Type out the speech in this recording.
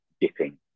dipping